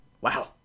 Wow